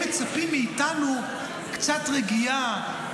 הם מצפים מאיתנו לקצת רגיעה,